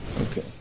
Okay